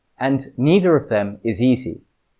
and neither of them is easy.